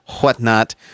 whatnot